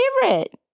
favorite